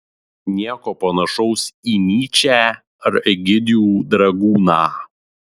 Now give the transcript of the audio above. nieko panašaus į nyčę ar egidijų dragūną